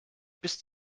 bis